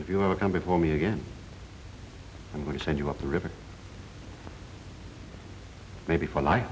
if you ever come before me again i'm going to send you up the river maybe for